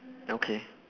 okay